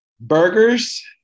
Burgers